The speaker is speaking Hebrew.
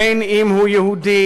בין שהוא יהודי,